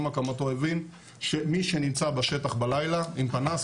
הקמתו - מי שנמצא בשטח בלילה עם פנס,